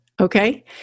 okay